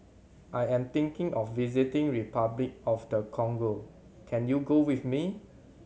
I am thinking of visiting Repuclic of the Congo can you go with me